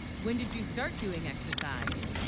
when did you start doing exercise